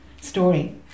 story